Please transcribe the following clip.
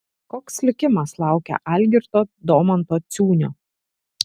koks likimas laukia algirdo domanto ciūnio